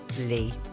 Lee